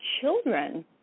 children